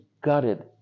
gutted